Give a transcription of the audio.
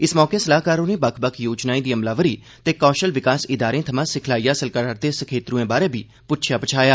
इस मौके सलाहकार होरें बक्ख बक्ख योजनाएं दी अमलावरी ते कौशल विकास इदारें थमां सिखलाई हासल करा'रदे सखेत्रएं बारै बी प्च्छेआ पच्छाया